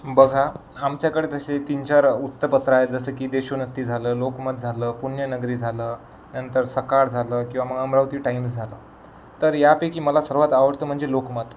बघा आमच्याकडे जसेे तीनचार वृत्तपत्र आहेत जसं की देशोन्नती झालं लोकमत झालं पुण्यनगरी झालं नंतर सकाळ झालं किंवा मग अमरावती टाईम्स झालं तर यापैकी मला सर्वात आवडतं म्हणजे लोकमत